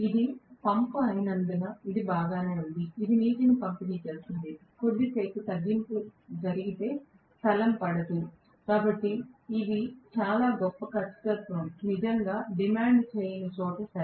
ఇది పంపు అయినందున ఇది బాగానే ఉంది ఇది నీటిని పంపిణీ చేస్తుంది కొద్దిసేపు తగ్గింపు జరిగితే స్థలం పడదు కాబట్టి ఇవి చాలా గొప్ప ఖచ్చితత్వం నిజంగా డిమాండ్ చేయని చోట సరే